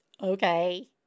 Okay